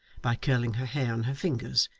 by curling her hair on her fingers,